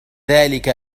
ذلك